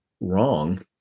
wrong